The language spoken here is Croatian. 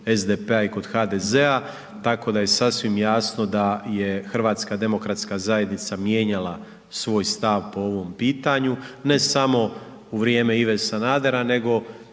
SDP-a i kod HDZ-a, tako da je sasvim jasno da je HDZ mijenjala svoj stav po ovom pitanju, ne samo u vrijeme Ive Sanadera,